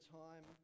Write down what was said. time